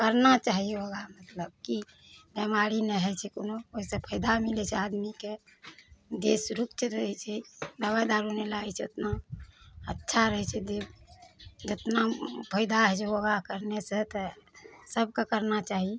करना चाही योगा मतलब की बेमारी नहि होइ छै कोनो ओहि सऽ फायदा मिलै छै आदमीके देह सुरक्षित रहै छै दबाइ दारू नहि लागै छै ओतना अच्छा रहै छै देह जतना फायदा होइ छै योगा कयला सऽ तऽ सबके करबा चाही